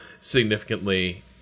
significantly